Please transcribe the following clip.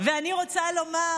ואני רוצה לומר: